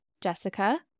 Jessica